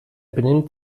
benimmt